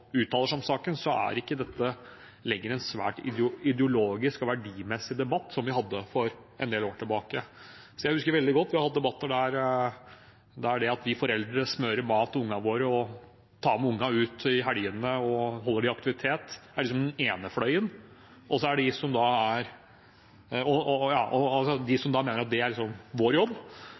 uttaler seg om saken, er ikke dette lenger en svært ideologisk og verdimessig debatt, sånn som vi hadde for en del år tilbake. Jeg husker veldig godt at vi har hatt debatter der de som mente at det er vår jobb som foreldre å smøre mat til ungene våre, ta med ungene ut i helgene og holde dem i aktivitet, var den ene fløyen, og på den andre siden var de som mente at det nærmest bare var skolens, barnehagens eller statens ansvar. Sånn er det